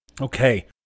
Okay